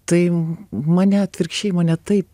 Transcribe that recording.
tai mane atvirkščiai mane taip